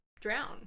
drown